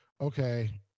okay